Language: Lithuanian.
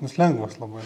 nes lengvas labai